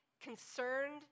concerned